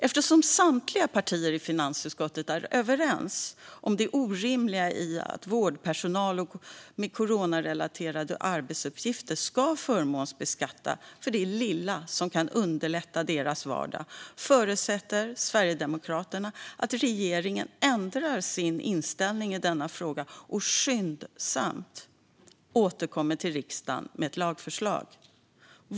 Eftersom samtliga partier i finansutskottet är överens om det orimliga i att vårdpersonal med coronarelaterade arbetsuppgifter ska förmånsbeskattas för det lilla som kan underlätta deras vardag förutsätter Sverigedemokraterna att regeringen ändrar sin inställning i denna fråga och skyndsamt återkommer till riksdagen med ett lagförslag.